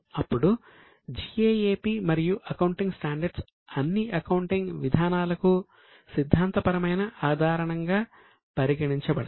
ఇప్పుడు GAAP మరియు accounting standards అన్ని అకౌంటింగ్ విధానాలకు సిద్ధాంత పరమైన ఆధారంగా పరిగణించబడతాయి